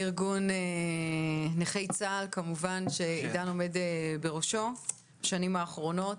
ארגון נכי צה"ל שעידן קלימן עומד בראשו בשנים האחרונות.